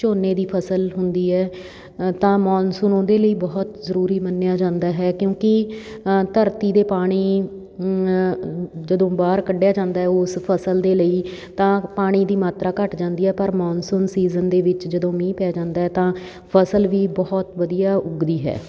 ਝੋਨੇ ਦੀ ਫਸਲ ਹੁੰਦੀ ਹੈ ਤਾਂ ਮੌਨਸੂਨ ਉਹਦੇ ਲਈ ਬਹੁਤ ਜ਼ਰੂਰੀ ਮੰਨਿਆ ਜਾਂਦਾ ਹੈ ਕਿਉਂਕਿ ਧਰਤੀ ਦੇ ਪਾਣੀ ਜਦੋਂ ਬਾਹਰ ਕੱਢਿਆ ਜਾਂਦਾ ਉਸ ਫਸਲ ਦੇ ਲਈ ਤਾਂ ਪਾਣੀ ਦੀ ਮਾਤਰਾ ਘੱਟ ਜਾਂਦੀ ਹੈ ਪਰ ਮੌਨਸੂਨ ਸੀਜ਼ਨ ਦੇ ਵਿੱਚ ਜਦੋਂ ਮੀਂਹ ਪੈ ਜਾਂਦਾ ਤਾਂ ਫਸਲ ਵੀ ਬਹੁਤ ਵਧੀਆ ਉੱਗਦੀ ਹੈ